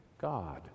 God